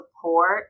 support